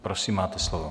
Prosím, máte slovo.